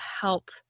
help